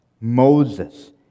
Moses